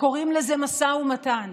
וקוראים לזה משא ומתן.